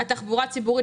התחבורה הציבורית,